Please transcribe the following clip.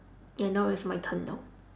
ya now it's my turn now